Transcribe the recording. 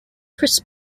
chris